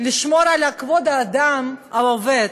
לשמור על כבוד האדם העובד,